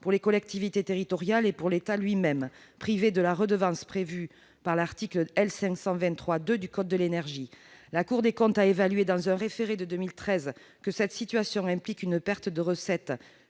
pour les collectivités territoriales et pour l'État lui-même, privés de la redevance prévue par l'article L. 523-2 du code de l'énergie. La Cour des comptes a évalué, dans un référé de 2013, que cette situation impliquera une perte de recettes